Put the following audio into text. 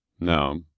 No